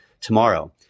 tomorrow